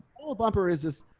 ah bumper is this.